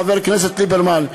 חבר הכנסת ליברמן,